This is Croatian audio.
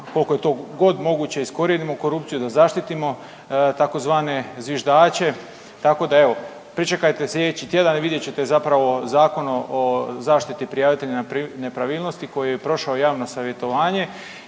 koliko je to god moguće iskorijenimo korupciju, da zaštitimo tzv. zviždače. Tako da evo pričekajte slijedeći tjedan i vidjet ćete zapravo Zakon o zaštiti prijavitelja nepravilnosti koji je prošao javno savjetovanje